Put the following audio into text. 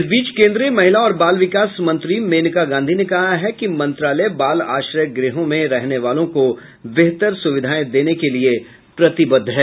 इस बीच केन्द्रीय महिला और बाल विकास मंत्री मेनका गांधी ने कहा है कि मंत्रालय बाल आश्रय गृहों में रहने वालों को बेहतर सुविधाएं देने के लिए प्रतिबद्व है